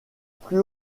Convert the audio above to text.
plus